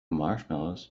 marshmallows